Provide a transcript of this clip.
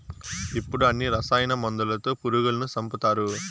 ఇప్పుడు అన్ని రసాయన మందులతో పురుగులను సంపుతారు